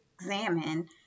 examine